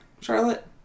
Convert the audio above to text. Charlotte